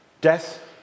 Death